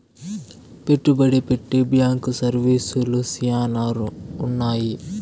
పెట్టుబడి పెట్టే బ్యాంకు సర్వీసులు శ్యానా ఉన్నాయి